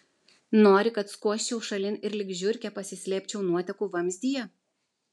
nori kad skuosčiau šalin ir lyg žiurkė pasislėpčiau nuotekų vamzdyje